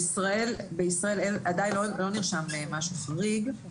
בישראל אין, עדיין לא נרשם פה משהו חריג.